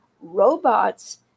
robots